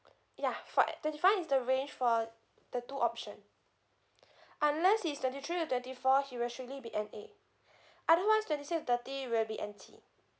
ya for at twenty five is the range for the two option unless he's twenty three to twenty four he will surely be N_A otherwise twenty six to thirty will be N_T